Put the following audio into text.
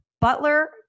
Butler